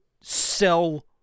sell